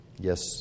Yes